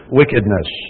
wickedness